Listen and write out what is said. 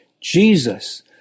Jesus